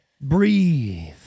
breathe